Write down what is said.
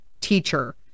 teacher